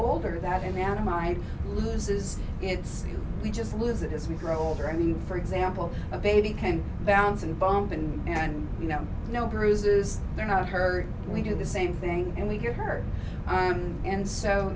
older that in out of my loses it's we just lose it as we grow older i mean for example a baby can bounce and bump and and you know no bruises they're not hurt we do the same thing and we get hurt and so